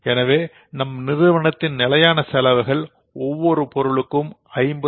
எனவே நம் நிறுவனத்தின் நிலையான செலவுகள் ஒவ்வொரு பொருளுக்கும் ஐம்பது Rs